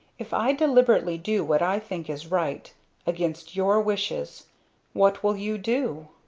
if i deliberately do what i think is right against your wishes what will you do?